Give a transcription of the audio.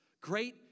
Great